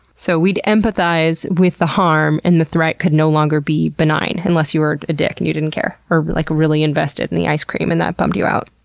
so, we'd empathize with the harm, and the threat could not longer be benign. unless you were a dick, and you didn't care. or like really invested in the ice cream and that bummed you out.